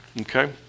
Okay